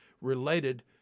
related